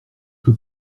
peut